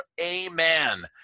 Amen